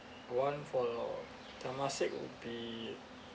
one for temasek would be